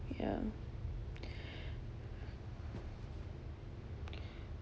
ya